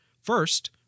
First